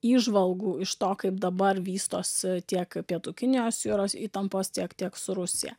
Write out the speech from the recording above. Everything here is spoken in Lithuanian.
įžvalgų iš to kaip dabar vystosi tiek pietų kinijos jūros įtampos tiek tiek su rusija